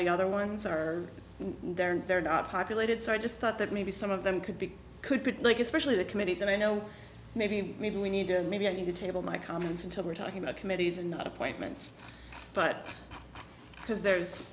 the other ones are there and they're not populated so i just thought that maybe some of them could be could could look especially the committees and i know maybe maybe we need to maybe i need to table my comments until we're talking about committees and appointments but because there's